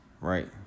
right